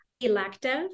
elective